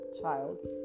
child